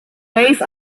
based